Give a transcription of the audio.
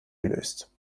gelöst